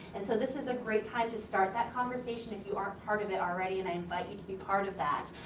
and so, this is a great time to start that conversation. if you are part of it already, and i invite you to be part of that.